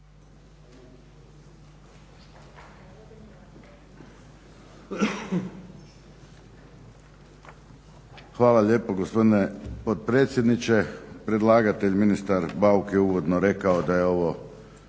Hvala lijepo gospodine potpredsjedniče. Predlagatelj ministar Bauk je uvodno rekao da je ovo